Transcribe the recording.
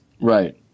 Right